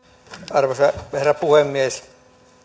arvoisa herra puhemies